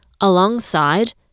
alongside